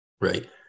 right